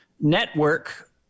network